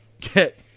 get